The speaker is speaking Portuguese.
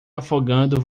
afogando